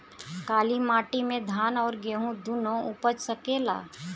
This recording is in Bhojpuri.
काली माटी मे धान और गेंहू दुनो उपज सकेला?